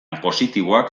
positiboak